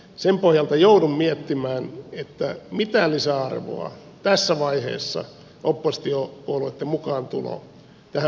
sen pohjalta joudun miettimään mitä lisäarvoa tässä vaiheessa oppositiopuolueitten mukaantulo tähän prosessiin toisi